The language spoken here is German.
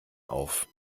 auf